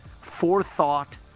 forethought